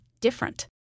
different